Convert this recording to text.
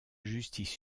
justice